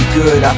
good